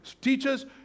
Teachers